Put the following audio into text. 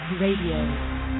Radio